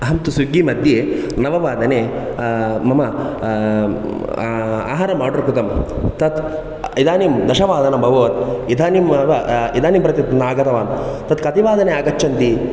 अहं तु स्विग्गि मध्ये नववादने मम आहारमार्डर् कृतं तत् इदानीं दशवादनमभवत् इदानीमेव इदानीं प्रति नागतवान् तत् कतिवादने आगच्छन्ति